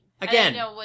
Again